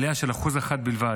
עלייה של 1% בלבד.